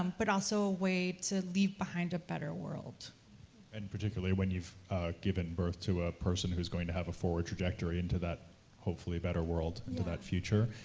um but also a way to leave behind a better world. glenn and particularly when you've given birth to a person who's going to have a forward trajectory into that hopefully better world, into that future.